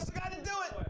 the guy to do it.